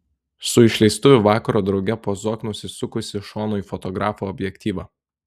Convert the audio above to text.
su išleistuvių vakaro drauge pozuok nusisukusi šonu į fotografo objektyvą